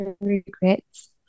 regrets